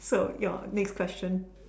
so your next question